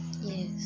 Yes